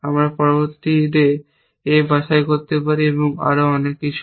আমরা পরবর্তীতে A বাছাই করতে পারি এবং আরও অনেক কিছু